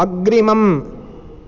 अग्रिमम्